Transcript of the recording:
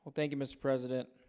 thank you mr. president